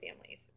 families